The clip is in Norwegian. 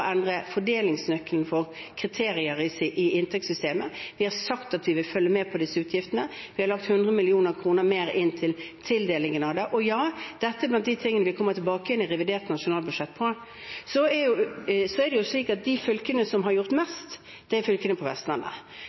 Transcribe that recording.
endre fordelingsnøkkelen for kriterier i inntektssystemet. Vi har sagt at vi vil følge med på disse utgiftene. Vi har lagt inn 100 mill. kr mer til tildelingen av det. Og ja, dette er blant de tingene vi kommer tilbake igjen til i revidert nasjonalbudsjett. De fylkene som har gjort mest, er fylkene på Vestlandet. Hordaland var et av de fylkene som